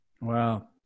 Wow